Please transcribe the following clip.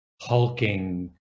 hulking